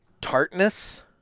tartness